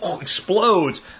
explodes